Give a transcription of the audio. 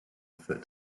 foot